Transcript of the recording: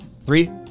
Three